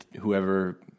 whoever